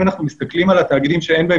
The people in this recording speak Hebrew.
אם אנחנו מסתכלים על התאגידים שאין בהם